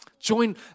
join